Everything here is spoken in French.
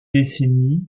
décennies